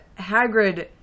hagrid